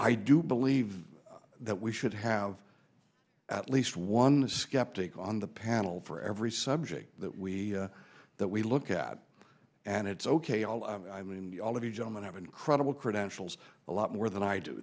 i do believe that we should have at least one skeptic on the panel for every subject that we that we look at and it's ok all of all of you gentlemen have incredible credentials a lot more than i do